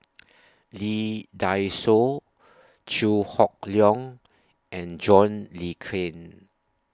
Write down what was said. Lee Dai Soh Chew Hock Leong and John Le Cain